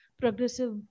progressive